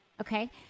Okay